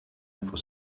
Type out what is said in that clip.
for